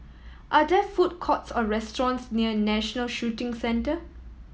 are there food courts or restaurants near National Shooting Centre